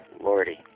lordy